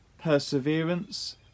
perseverance